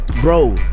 bro